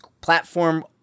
platform